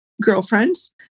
girlfriends